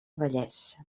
vallès